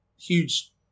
huge